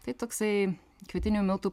tai toksai kvietinių miltų